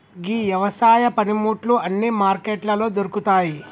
గీ యవసాయ పనిముట్లు అన్నీ మార్కెట్లలో దొరుకుతాయి